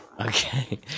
Okay